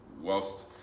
whilst